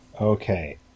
Okay